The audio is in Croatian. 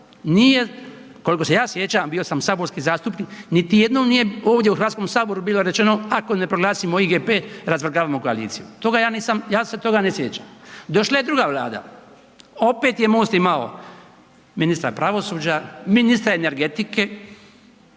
Nije, koliko se ja sjećam, bio sam saborski zastupnik, niti jednom nije ovdje u HS bilo rečeno ako ne proglasimo IPG razvrgavamo koaliciju, toga ja nisam, ja se toga ne sjećam. Došla je druga Vlada, opet je MOST imao ministra pravosuđa, ministra energetika,